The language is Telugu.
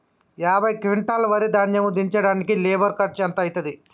యాభై క్వింటాల్ వరి ధాన్యము దించడానికి లేబర్ ఖర్చు ఎంత అయితది?